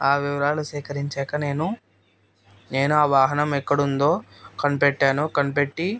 ఆ వివరాలు సేకరించాక నేను నేను ఆ వాహనం ఎక్కడ ఉందో కనిపెట్టాను కనిపెట్టి